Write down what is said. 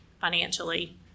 financially